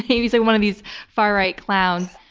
name. he's like one of these far-right clowns.